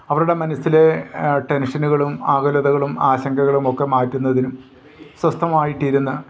അവരുടെ മനസ്സിലെ ടെൻഷനുകളും ആകുലതകളും ആശങ്കകളുമൊക്കെ മാറ്റുന്നതിനും സ്വസ്ഥമായിട്ടിരുന്ന്